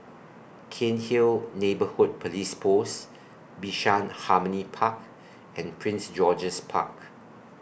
Cairnhill Neighbourhood Police Post Bishan Harmony Park and Prince George's Park